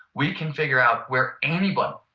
we can figure out where anyone,